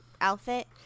outfit